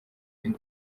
iri